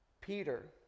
Peter